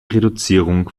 reduzierung